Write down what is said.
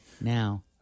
now